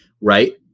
right